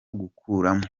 gukuramo